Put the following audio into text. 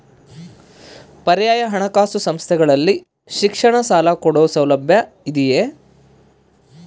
ಪರ್ಯಾಯ ಹಣಕಾಸು ಸಂಸ್ಥೆಗಳಲ್ಲಿ ಶಿಕ್ಷಣ ಸಾಲ ಕೊಡೋ ಸೌಲಭ್ಯ ಇದಿಯಾ?